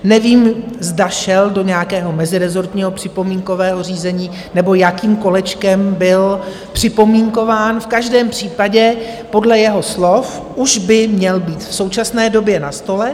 Nevím, zda šel do nějakého mezirezortního připomínkového řízení, nebo jakým kolečkem byl připomínkován, v každém případě podle jeho slov už by měl být v současné době na stole.